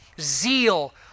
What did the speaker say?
zeal